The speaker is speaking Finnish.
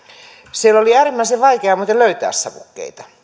siellä oli äärimmäisen vaikea muuten löytää savukkeita